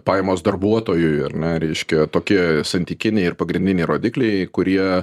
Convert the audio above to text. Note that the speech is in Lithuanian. pajamos darbuotojui ar ne reiškia tokie santykiniai ir pagrindiniai rodikliai kurie